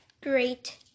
great